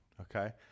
Okay